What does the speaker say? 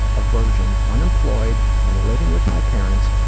a virgin, unemployed, and living with my parents,